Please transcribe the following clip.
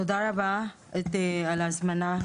תודה רבה על ההזמנה,